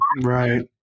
Right